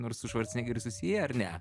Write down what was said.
nors su švarcnegeriu susiję ar ne